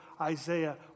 Isaiah